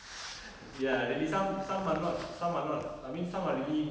ya really some some are not some are not I mean some are really